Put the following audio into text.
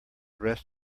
rest